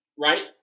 Right